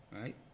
right